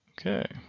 Okay